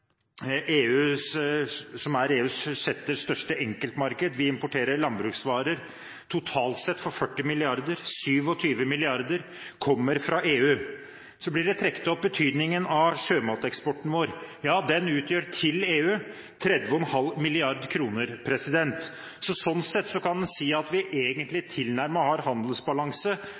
EUs sjette største enkeltmarked – vi importerer landbruksvarer for totalt sett 40 mrd., 27 mrd. kommer fra EU – blir betydningen av sjømateksporten vår trukket opp. Ja, den utgjør til EU 30,5 mrd. kr. Sånn sett kan en si at vi egentlig har tilnærmet handelsbalanse